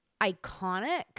iconic